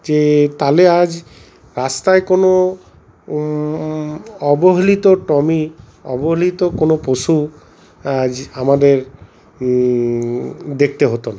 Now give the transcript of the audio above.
যে তাহলে আজ রাস্তায় কোনো অবহেলিত টমি অবহেলিত কোনো পশু আজ আমাদের দেখতে হতো না